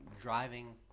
driving